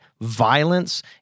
violence